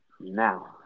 now